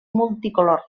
multicolor